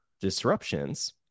disruptions